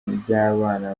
ry’abana